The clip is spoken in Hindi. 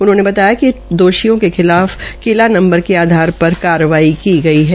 उन्होंने बताया कि दोषियों के खिलाफ किला नंबर के आधार पर कार्रवाई की गई है